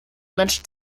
menschen